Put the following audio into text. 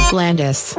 Blandis